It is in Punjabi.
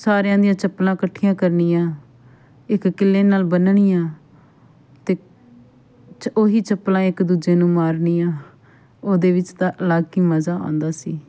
ਸਾਰਿਆਂ ਦੀਆਂ ਚੱਪਲਾਂ ਇਕੱਠੀਆਂ ਕਰਨੀਆਂ ਇੱਕ ਕਿੱਲੇ ਨਾਲ ਬੰਨਣੀਆਂ ਅਤੇ ਚ ਉਹੀ ਚੱਪਲਾਂ ਇੱਕ ਦੂਜੇ ਨੂੰ ਮਾਰਨੀਆਂ ਉਹਦੇ ਵਿੱਚ ਤਾਂ ਅਲੱਗ ਹੀ ਮਜ਼ਾ ਆਉਂਦਾ ਸੀ